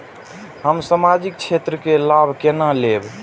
हम सामाजिक क्षेत्र के लाभ केना लैब?